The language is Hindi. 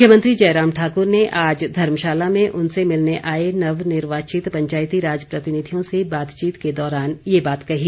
मुख्यमंत्री जयराम ठाकर ने आज धर्मशाला में उनसे मिलने आए नवनिर्वाचित पंचायती राज प्रतिनिधियों से बातचीत के दौरान ये बात कही